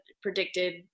predicted